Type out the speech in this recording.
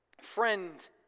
friend